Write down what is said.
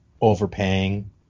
overpaying